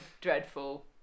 dreadful